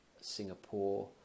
Singapore